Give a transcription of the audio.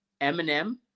Eminem